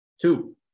Two